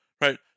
Right